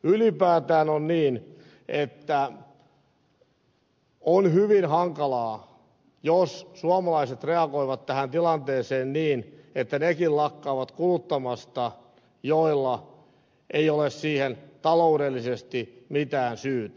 ylipäätään on niin että on hyvin hankalaa jos suomalaiset reagoivat tähän tilanteeseen niin että nekin lakkaavat kuluttamasta joilla ei ole siihen taloudellisesti mitään syytä